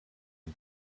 une